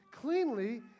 cleanly